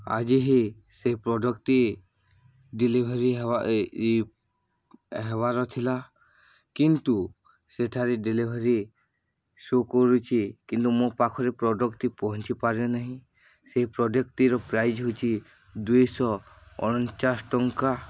ଆଜି ହିଁ ସେ ପ୍ରଡ଼କ୍ଟ୍ଟି ଡେଲିଭରି ହେବା ହେବାର ଥିଲା କିନ୍ତୁ ସେଠାରେ ଡେଲିଭରି ଶୋ କରୁଛି କିନ୍ତୁ ମୋ ପାଖରେ ପ୍ରଡ଼କ୍ଟ୍ଟି ପହଞ୍ଚିପାରିନାହିଁ ସେ ପ୍ରଡ଼କ୍ଟ୍ଟିର ପ୍ରାଇସ୍ ହେଉଛି ଦୁଇଶହ ଅଣଞ୍ଚାଶ ଟଙ୍କା